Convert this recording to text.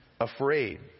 afraid